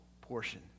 portion